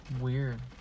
Weird